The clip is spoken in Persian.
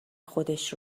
خودش